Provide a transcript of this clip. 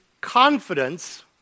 confidence